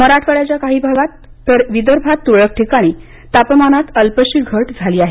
मराठवाड्याच्या काही भागात तर विदर्भात तुरळक ठिकाणी तापमानात अल्पशी घट झाली आहे